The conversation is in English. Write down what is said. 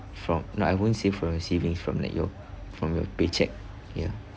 from no I won't say from your savings from like your from your paycheck ya